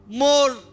more